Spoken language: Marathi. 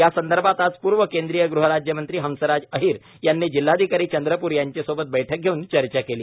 यासंदर्भात आज पूर्व केंद्रीय गृहराज्यमंत्री हंसराज अहीर यांनी जिल्हाधिकारी चंद्रप्र यांचेसोबत बैठक घेव्न चर्चा केली